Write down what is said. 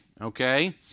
okay